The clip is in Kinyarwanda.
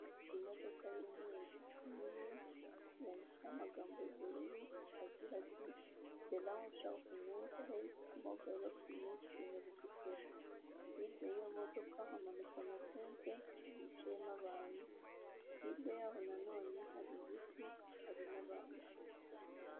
Imodoka y'umweru nini yanditseho amagambo y'ubururu agira ati the launch of mental health mobile clinic in Bugesera. Hirya y'iyo modoka hamanitse amatente yiciyemo abantu, hirya yaho na none hari ibiti hari n'abantu.